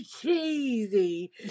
cheesy